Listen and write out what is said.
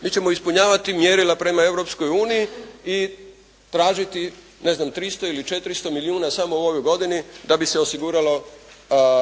Mi ćemo ispunjavati mjerila prema Europskoj uniji i tražiti, ne znam, 300 ili 400 milijuna samo u ovoj godini da bi se osiguralo